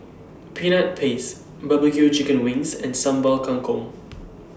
Peanut Paste Barbecue Chicken Wings and Sambal Kangkong